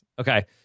Okay